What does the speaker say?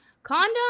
condom